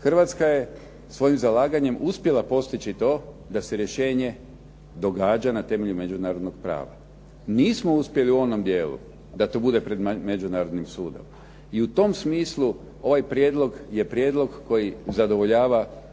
Hrvatska je svojim zalaganjem uspjela postići to da se rješenje događa na temelju međunarodnog prava. Nismo uspjeli u onom dijelu da to bude pred međunarodnim sudom i u tom smislu ovaj prijedlog je prijedlog koji zadovoljava zahtjeve